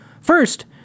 First